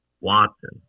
Watson